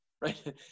right